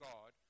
God